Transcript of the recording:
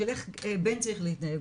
של איך בן צריך להתנהג,